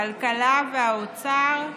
הכלכלה והאוצר.